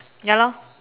ya lor